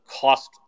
cost